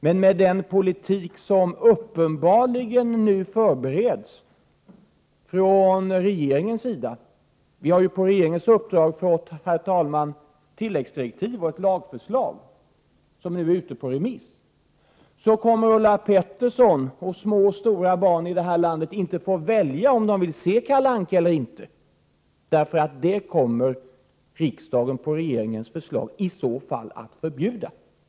Vi har på regeringens uppdrag fått tilläggsdirektiv och ett lagförslag som nu är ute på remiss. Med den politik som nu uppenbarligen förbereds från regeringens sida kommer Ulla Pettersson och små och stora barn i vårt land inte att kunna välja om de vill se Kalle Anka eller inte. Det kommer riksdagen på regeringens förslag att förbjuda.